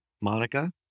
Monica